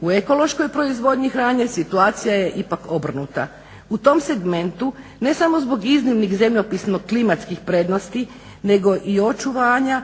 U ekološkoj proizvodnji hrane situacija je ipak obrnuta. U tom segmentu ne samo zbog iznimnih zemljopisno-klimatskih prednosti nego i očuvanja